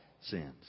sins